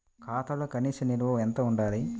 ఖాతాలో కనీస నిల్వ ఎంత ఉండాలి?